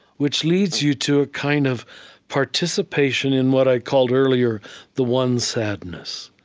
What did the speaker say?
which leads you to a kind of participation in what i called earlier the one sadness,